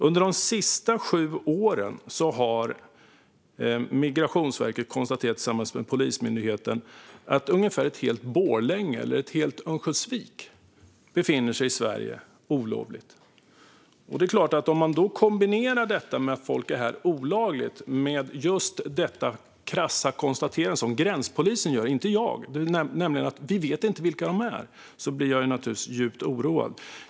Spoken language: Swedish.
Under de senaste sju åren har Migrationsverket tillsammans med Polismyndigheten konstaterat att ungefär ett helt Borlänge eller ett helt Örnsköldsvik befinner sig i Sverige olovligt. Man kan kombinera detta att människor är här olagligt med det krassa konstaterande som gränspolisen gör, inte jag, att vi inte vet vilka de är. Det gör att jag blir djupt oroad.